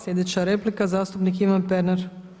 Sljedeća replika, zastupnik Ivan Pernar.